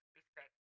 respect